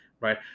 right